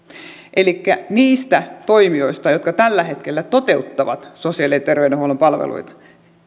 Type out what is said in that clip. elikkä niistä toimijoista jotka tällä hetkellä toteuttavat sosiaali ja terveydenhuollon palveluita